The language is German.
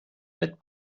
mit